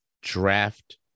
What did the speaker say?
draft